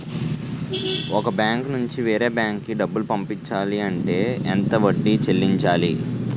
ఒక బ్యాంక్ నుంచి వేరే బ్యాంక్ కి డబ్బులు పంపించాలి అంటే ఎంత వడ్డీ చెల్లించాలి?